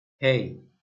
hey